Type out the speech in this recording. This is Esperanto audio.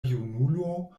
junulo